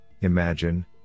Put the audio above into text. imagine